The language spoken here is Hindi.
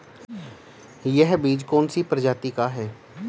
यह बीज कौन सी प्रजाति का है?